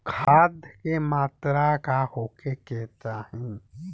खाध के मात्रा का होखे के चाही?